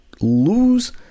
lose